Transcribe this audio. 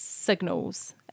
signals